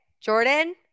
Jordan